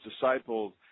disciples